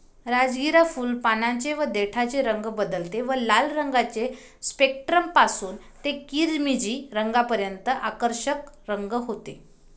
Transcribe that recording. राजगिरा फुल, पानांचे व देठाचे रंग बदलते व लाल रंगाचे स्पेक्ट्रम पासून ते किरमिजी रंगापर्यंत आकर्षक रंग होते